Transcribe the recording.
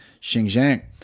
Xinjiang